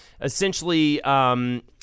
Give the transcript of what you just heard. essentially